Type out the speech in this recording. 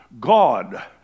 God